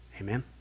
amen